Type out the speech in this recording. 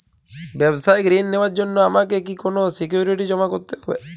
ব্যাবসায়িক ঋণ নেওয়ার জন্য আমাকে কি কোনো সিকিউরিটি জমা করতে হবে?